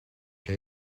que